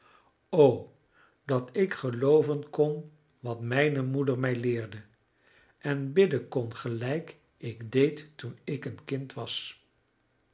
o dat ik gelooven kon wat mijne moeder mij leerde en bidden kon gelijk ik deed toen ik een kind was